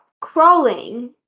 crawling